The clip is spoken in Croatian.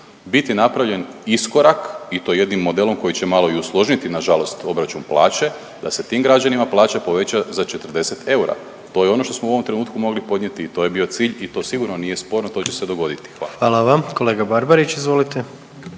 biti napravljen iskorak i to jednim modelom koji će malo i usložniti nažalost obračun plaće, da se tim građanima plaća poveća za 40 eura. To je ono što smo u ovom trenutku mogli podnijeti i to je bio cilj i to sigurno nije sporno i to će se dogoditi. **Jandroković, Gordan